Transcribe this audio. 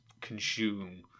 consume